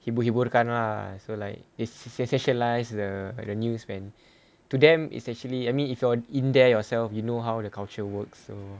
hibur-hiburkan lah so like it's successorize the the news man to them especially I mean if you're in there yourself you know how the culture works so